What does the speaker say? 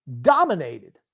Dominated